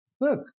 look